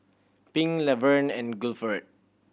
Pink Laverne and Guilford